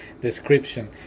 description